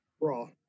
Raw